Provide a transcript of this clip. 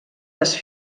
les